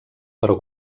però